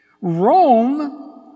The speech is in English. Rome